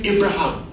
Abraham